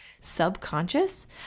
subconscious